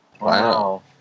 Wow